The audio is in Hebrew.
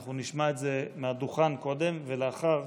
אנחנו נשמע את זה קודם מהדוכן, ולאחר שיסיימו,